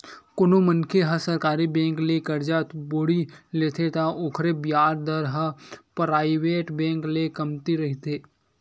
कोनो मनखे ह सरकारी बेंक ले करजा बोड़ी लेथे त ओखर बियाज दर ह पराइवेट बेंक ले कमती रहिथे